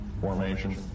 formation